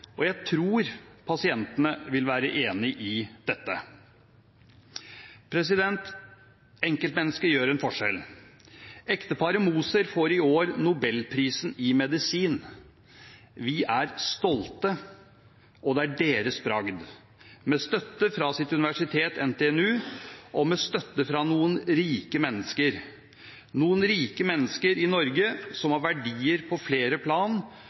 og jeg tror pasientene vil være enig i dette. Enkeltmennesker gjør en forskjell. Ekteparet Moser får i år nobelprisen i medisin. Vi er stolte, og det er deres bragd, med støtte fra deres universitet, NTNU, og med støtte fra noen rike mennesker – noen rike mennesker i Norge som har verdier på flere plan,